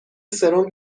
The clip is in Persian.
سرم